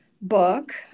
book